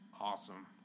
Awesome